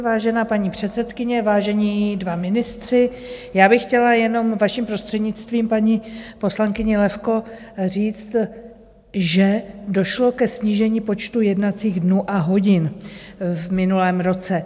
Vážená paní předsedkyně, vážení dva ministři, já bych chtěla jenom vaším prostřednictvím paní poslankyni Levko říct, že došlo ke snížení počtu jednacích dnů a hodin v minulém roce.